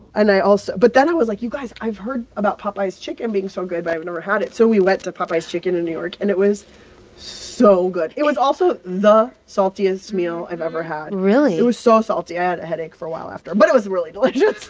and i also but then i was like, you guys, i've heard about popeyes chicken being so good, but i've and never had it. so we went to popeyes chicken in new york, and it was so good. it was also the saltiest meal i've ever had really? it was so salty. i had a headache for a while after. but it was really delicious